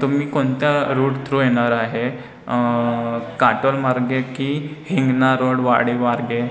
तुम्ही कोणता route through येणार आहे काटोलमार्गे की हिंग्ना रोड वाडीमार्गे